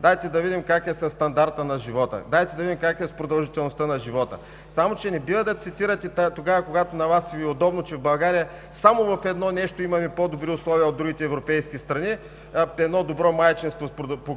дайте да видим как е със стандарта на живота, дайте да видим как е с продължителността на живота. Само че не бива да цитирате тогава, когато на Вас Ви е удобно, че в България само в едно нещо имаме по-добри условия от другите европейски страни – едно добро майчинство